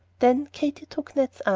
then katy took ned's